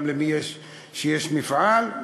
גם למי שיש לו מפעל,